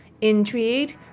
Intrigued